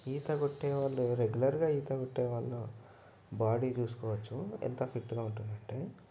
ఈత కొట్టే వాళ్ళు రెగ్యులర్గా ఈత కొట్టేవాళ్ళు బాడీ చూసుకోవచ్చు ఎంత ఫిట్గా ఉంటుంది అంటే